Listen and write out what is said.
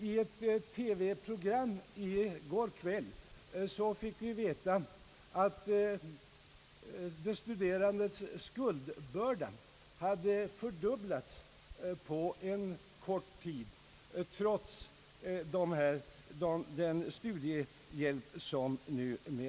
I ett TV-program i går kväll fick vi veta, att de studerandes skuldbörda hade fördubblats på en kort tid trots den studiehjälp som numera utges.